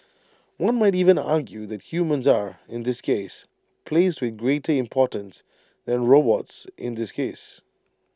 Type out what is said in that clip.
one might even argue that humans are in this case placed with greater importance than robots in this case